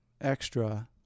extra